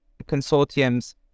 consortium's